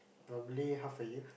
normally half a year